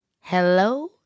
Hello